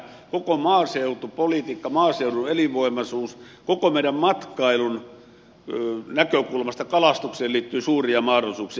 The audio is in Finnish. koko maaseutupolitiikan maaseudun elinvoimaisuuden koko meidän matkailun näkökulmasta kalastukseen liittyy suuria mahdollisuuksia